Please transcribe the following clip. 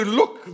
look